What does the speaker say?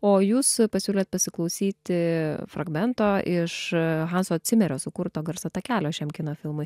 o jūs pasiūlėt pasiklausyti fragmento iš hanso cimerio sukurto garso takelio šiam kino filmui